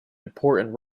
important